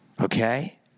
Okay